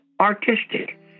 artistic